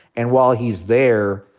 and while he's there,